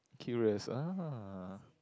curious ah